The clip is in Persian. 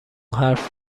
حرف